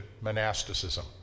monasticism